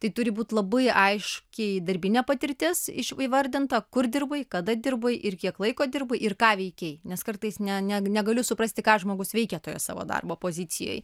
tai turi būt labai aiškiai darbinė patirtis iš įvardinta kur dirbai kada dirbai ir kiek laiko dirbai ir ką veikei nes kartais ne ne negaliu suprasti ką žmogus veikė toje savo darbo pozicijoj